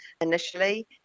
initially